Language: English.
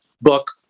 book